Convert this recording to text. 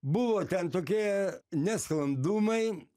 buvo ten tokie nesklandumai